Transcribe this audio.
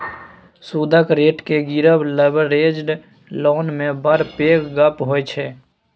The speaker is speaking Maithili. सुदक रेट केँ गिरब लबरेज्ड लोन मे बड़ पैघ गप्प होइ छै